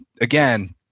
again